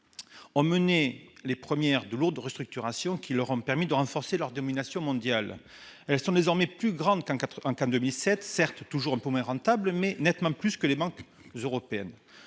ont mené, les premières, de lourdes restructurations qui leur ont permis de renforcer leur domination mondiale. Elles sont désormais plus grandes qu'en 2007, certes toujours un peu moins rentables, mais nettement plus que les banques européennes.